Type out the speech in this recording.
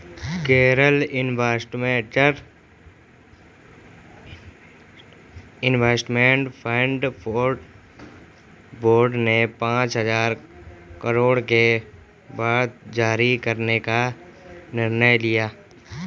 Kerala infrastructure investment fund board ने पांच हजार करोड़ के बांड जारी करने का निर्णय लिया